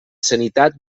sanitat